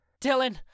Dylan